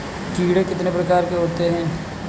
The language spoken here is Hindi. कीड़े कितने प्रकार के होते हैं?